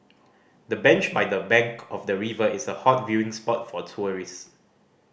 the bench by the bank of the river is a hot viewing spot for tourist